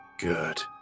Good